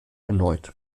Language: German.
erneut